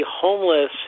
homeless